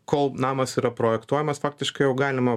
kol namas yra projektuojamas faktiškai jau galima